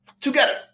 together